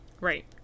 Right